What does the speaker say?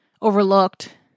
Overlooked